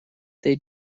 they